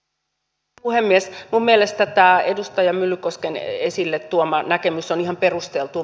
minun mielestäni tämä edustaja myllykosken esille tuoma näkemys on ihan perusteltu